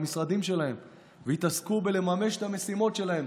במשרדים שלהם ויתעסקו בלממש את המשימות שלהם.